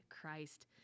Christ